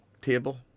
table